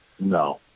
No